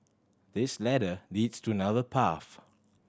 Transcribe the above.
this ladder leads to another path